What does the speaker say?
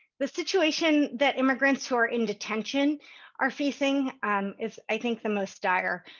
the situation that immigrants who are in detention are facing is, i think, the most dire